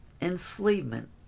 enslavement